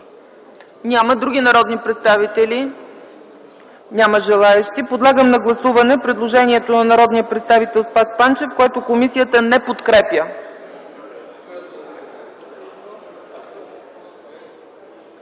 Няма. Други народни представители? Няма желаещи. Подлагам на гласуване предложението на народния представител Спас Панчев, което комисията не подкрепя.